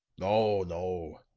no, no,